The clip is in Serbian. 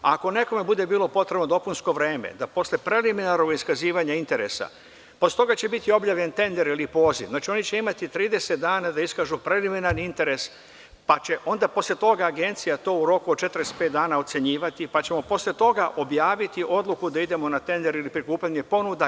Ako nekome bude potrebno dopunsko vreme da posle preliminarnog iskazivanja interesa, posle toga će biti objavljen tender ili poziv, znači oni će imati 30 dana da iskažu preliminarni interes, pa će onda posle toga agencija u roku od 45 dana to ocenjivati, pa ćemo posle toga objaviti odluku da idemo na tender ili prikupljanje ponuda.